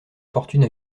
fortune